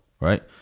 Right